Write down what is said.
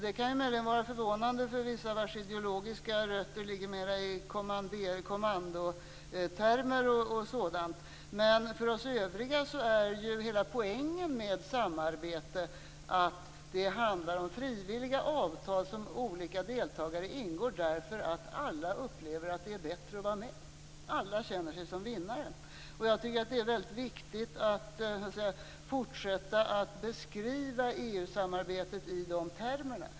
Det kan möjligen vara förvånande för vissa vars ideologiska rötter ligger mer i kommandotermer och sådant. Men för oss övriga är ju hela poängen med samarbete att det handlar om frivilliga avtal som olika deltagare ingår därför att alla upplever att det är bättre att vara med. Alla känner sig som vinnare. Det är väldigt viktigt att fortsätta att beskriva EU samarbetet i dessa termer.